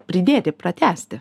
pridėti pratęsti